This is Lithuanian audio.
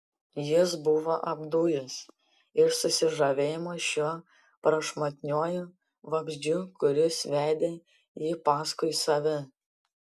jis buvo apdujęs iš susižavėjimo šiuo prašmatniuoju vabzdžiu kuris vedė jį paskui save